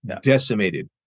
decimated